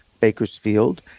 Bakersfield